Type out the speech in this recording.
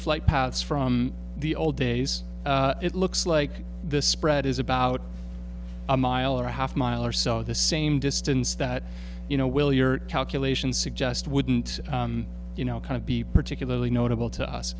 flight paths from the old days it looks like the spread is about a mile or a half mile or so the same distance that you know will your calculations suggest wouldn't you know kind of be particularly notable to